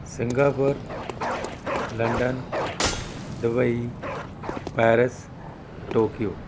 Singapore London Dubai Paris Tokyo